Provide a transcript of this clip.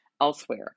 elsewhere